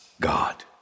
God